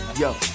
yo